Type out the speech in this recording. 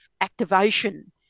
activation